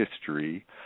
history